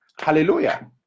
Hallelujah